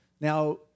Now